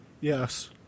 Yes